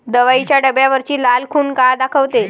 दवाईच्या डब्यावरची लाल खून का दाखवते?